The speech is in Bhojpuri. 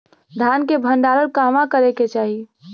धान के भण्डारण कहवा करे के चाही?